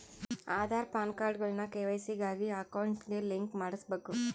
ಆದಾರ್, ಪಾನ್ಕಾರ್ಡ್ಗುಳ್ನ ಕೆ.ವೈ.ಸಿ ಗಾಗಿ ಅಕೌಂಟ್ಗೆ ಲಿಂಕ್ ಮಾಡುಸ್ಬಕು